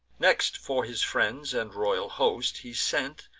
next, for his friends and royal host he sent,